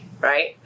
right